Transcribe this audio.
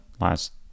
last